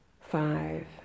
five